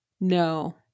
No